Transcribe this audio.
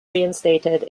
reinstated